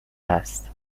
هست